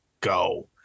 go